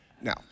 Now